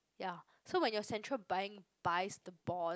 ya so when your Central Bank buys the bond